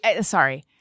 Sorry